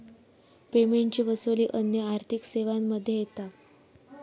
पेमेंटची वसूली अन्य आर्थिक सेवांमध्ये येता